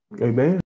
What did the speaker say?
Amen